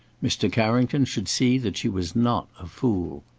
mr. carrington should see that she was not a fool.